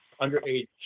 Underage